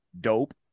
dope